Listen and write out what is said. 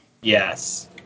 Yes